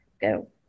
go